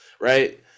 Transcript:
right